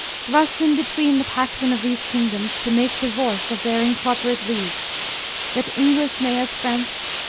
thrust in betweene the paction of these kingdomes, to make diuorce of their incorporate league that english may as french,